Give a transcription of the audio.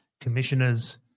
commissioners